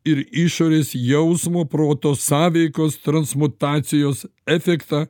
ir išorės jausmo proto sąveikos transmutacijos efektą